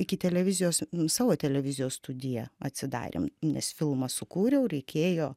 iki televizijos savo televizijos studiją atsidarėm nes filmą sukūriau reikėjo